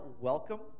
welcome